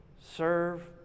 Serve